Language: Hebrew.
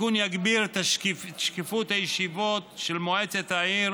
התיקון יגביר את שקיפות הישיבות של מועצת העיר,